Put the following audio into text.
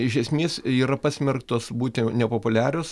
iš esmės yra pasmerktos būti nepopuliarios